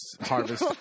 harvest